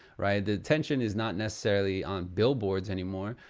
right the attention is not necessarily on billboards anymore.